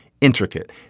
intricate